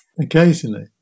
Occasionally